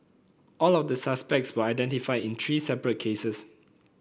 all of the suspects were identified in three separate cases